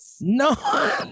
no